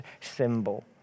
symbol